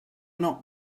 not